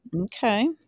Okay